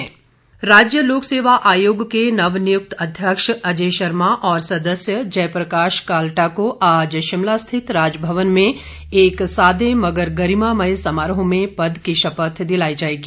शपथ समारोह राज्य लोक सेवा आयोग के नव नियुक्त अध्यक्ष अजय शर्मा और सदस्य जय प्रकाश काल्टा को आज शिमला स्थित राजभवन में एक सादे मगर गरिमामय समारोह में पद की शपथ दिलाई जाएगी